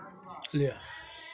लिअ